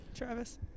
Travis